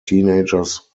teenagers